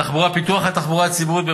תחבורה, פיתוח התחבורה הציבורית.